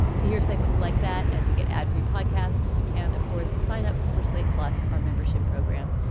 to hear segments like that and to get ad free podcasts, you can, of course, sign up for slate. plus our membership program,